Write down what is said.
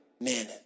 man